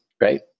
right